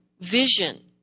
vision